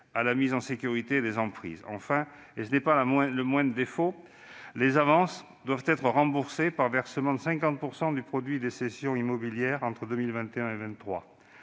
à la mise en sécurité des emprises. Enfin, et ce n'est pas leur moindre défaut, les avances doivent être remboursées par le versement de 50 % du produit des cessions immobilières entre 2021 et 2025.